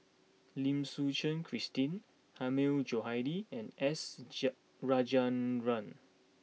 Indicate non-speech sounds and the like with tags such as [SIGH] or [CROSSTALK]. Lim Suchen Christine Hilmi Johandi and S [UNINTELLIGIBLE] Rajendran